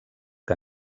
que